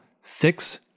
six